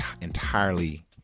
entirely